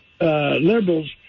Liberals